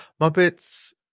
Muppets